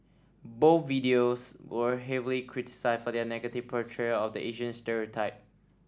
both videos were heavily criticised for their negative portrayal of the Asian stereotype